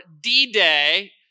D-Day